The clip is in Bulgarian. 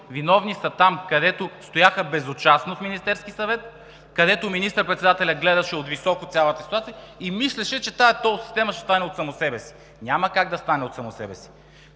Виновни са там, където стояха безучастно, в Министерския съвет, където министър председателят гледаше отвисоко цялата ситуация и мислеше, че тол системата ще стане от само себе си. Няма как да стане от само себе си!